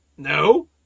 No